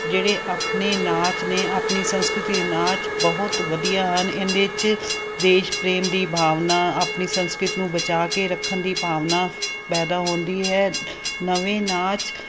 ਜਿਹੜੇ ਆਪਣੇ ਨਾਚ ਨੇ ਆਪਣੀ ਸੰਸਕ੍ਰਿਤੀ ਦੇ ਨਾਚ ਬਹੁਤ ਵਧੀਆ ਹਨ ਇਹਦੇ 'ਚ ਦੇਸ਼ ਪ੍ਰੇਮ ਦੀ ਭਾਵਨਾ ਆਪਣੀ ਸੰਸਕ੍ਰਿਤ ਨੂੰ ਬਚਾ ਕੇ ਰੱਖਣ ਦੀ ਭਾਵਨਾ ਪੈਦਾ ਹੁੰਦੀ ਹੈ ਨਵੇਂ ਨਾਚ